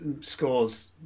scores